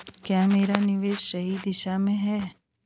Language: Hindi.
क्या मेरा निवेश सही दिशा में है?